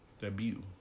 Debut